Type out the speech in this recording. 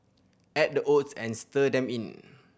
add the oats and stir them in